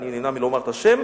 אני נמנע מלומר את השם,